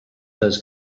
those